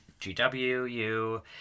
GWU